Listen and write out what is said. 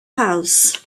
house